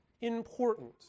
important